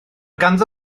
ganddo